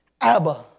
Abba